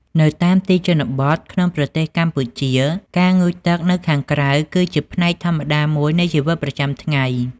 នៅតាមទីជនបទក្នុងប្រទេសកម្ពុជា ការងូតទឹកនៅខាងក្រៅគឺជាផ្នែកធម្មតាមួយនៃជីវិតប្រចាំថ្ងៃ។